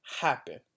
happen